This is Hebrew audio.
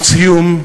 ולסיום,